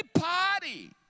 party